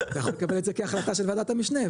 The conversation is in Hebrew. אתה יכול לקבל את זה כהחלטה של ועדת המשנה,